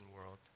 world